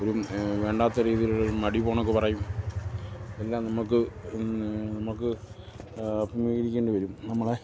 ഒരു വേണ്ടാത്ത രീതിയിലുള്ള പറയും എല്ലാം നമുക്ക് നമുക്ക് അഭിമുഖീകരിക്കേണ്ടി വരും നമ്മളെ